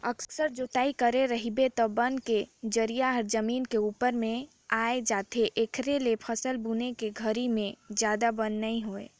अकरस जोतई करे रहिबे त बन के जरई ह जमीन के उप्पर म आ जाथे, एखरे ले फसल बुने के घरी में जादा बन नइ होय